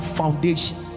foundation